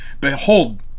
Behold